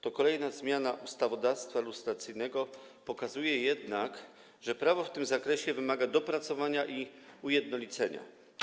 Ta kolejna zmiana ustawodawstwa lustracyjnego pokazuje jednak, że prawo w tym zakresie wymaga dopracowania i ujednolicenia.